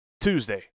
Tuesday